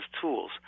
tools